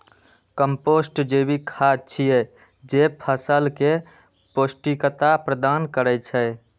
compost जैविक खाद छियै, जे फसल कें पौष्टिकता प्रदान करै छै